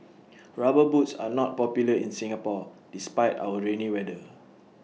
rubber boots are not popular in Singapore despite our rainy weather